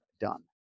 done